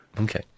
Okay